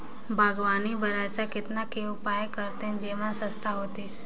बागवानी बर ऐसा कतना के उपयोग करतेन जेमन सस्ता होतीस?